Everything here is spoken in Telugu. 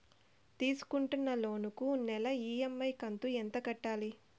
తీసుకుంటున్న లోను కు నెల ఇ.ఎం.ఐ కంతు ఎంత కట్టాలి?